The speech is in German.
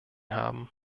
haben